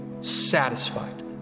satisfied